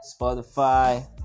Spotify